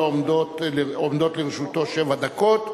עומדות לרשותו שבע דקות.